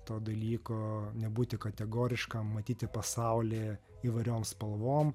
to dalyko nebūti kategoriškam matyti pasaulį įvairiom spalvom